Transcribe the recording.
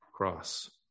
Cross